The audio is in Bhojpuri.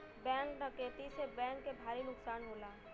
बैंक डकैती से बैंक के भारी नुकसान होला